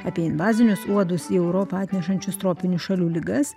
apie invazinius uodus į europą atnešančias tropinių šalių ligas